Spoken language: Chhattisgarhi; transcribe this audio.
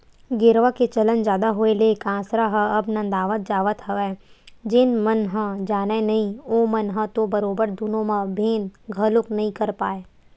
गेरवा के चलन जादा होय ले कांसरा ह अब नंदावत जावत हवय जेन मन ह जानय नइ ओमन ह तो बरोबर दुनो म भेंद घलोक नइ कर पाय